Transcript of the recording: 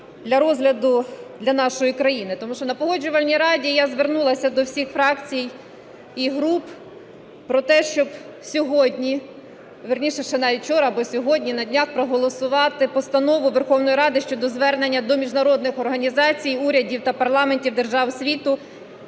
для розгляду для нашої країни. Тому що на Погоджувальній раді я звернулася до всіх фракцій і груп про те, щоб сьогодні, вірніше ще навіть вчора або сьогодні, на днях, проголосувати Постанову Верховної Ради щодо звернення до міжнародних організацій, урядів та парламентів держав світу